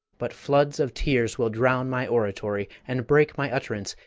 but floods of tears will drown my oratory and break my utt'rance,